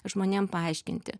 žmonėm paaiškinti